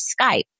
Skype